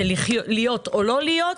זה להיות או לא להיות.